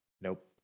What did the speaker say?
Nope